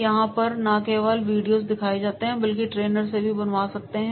यहां पर ना केवल वीडियो दिखाए जाते हैं बल्कि ट्रेनर से बनवाए भी जाते हैं